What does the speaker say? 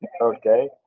Okay